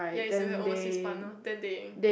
ya it's overseas partner then they